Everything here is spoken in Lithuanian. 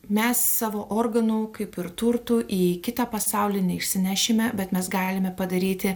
mes savo organų kaip ir turtų į kitą pasaulį neišsinešime bet mes galime padaryti